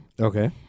Okay